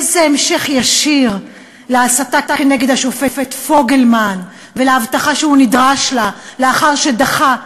איזה המשך ישיר להסתה נגד השופט פוגלמן ולאבטחה שהוא נדרש לה לאחר שדחה,